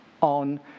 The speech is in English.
on